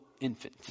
infant